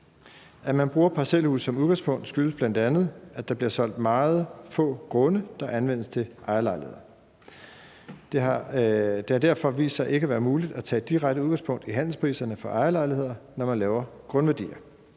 At man bruger et parcelhus som udgangspunkt, skyldes bl.a., at der bliver solgt meget få grunde, der anvendes til ejerlejligheder. Det har derfor vist sig ikke at være muligt at tage direkte udgangspunkt i handelspriserne for ejerlejligheder, når man laver grundværdier.